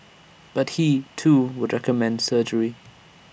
but he too would recommend surgery